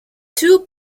two